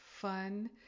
fun